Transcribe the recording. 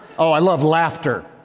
oh, i love laughter.